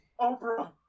Oprah